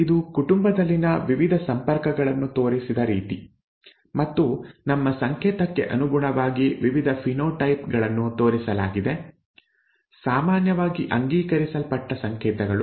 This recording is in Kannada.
ಇದು ಕುಟುಂಬದಲ್ಲಿನ ವಿವಿಧ ಸಂಪರ್ಕಗಳನ್ನು ತೋರಿಸಿದ ರೀತಿ ಮತ್ತು ನಮ್ಮ ಸಂಕೇತಕ್ಕೆ ಅನುಗುಣವಾಗಿ ವಿವಿಧ ಫಿನೋಟೈಪ್ ಗಳನ್ನು ತೋರಿಸಲಾಗಿದೆ ಸಾಮಾನ್ಯವಾಗಿ ಅಂಗೀಕರಿಸಲ್ಪಟ್ಟ ಸಂಕೇತಗಳು